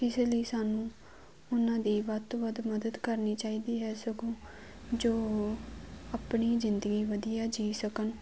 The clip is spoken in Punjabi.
ਇਸ ਲਈ ਸਾਨੂੰ ਉਹਨਾਂ ਦੀ ਵੱਧ ਤੋਂ ਵੱਧ ਮਦਦ ਕਰਨੀ ਚਾਹੀਦੀ ਹੈ ਸਗੋਂ ਜੋ ਆਪਣੀ ਜ਼ਿੰਦਗੀ ਵਧੀਆ ਜੀਅ ਸਕਣ